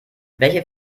welche